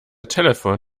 telephone